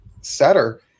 setter